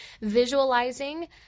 visualizing